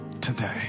today